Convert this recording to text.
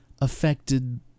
affected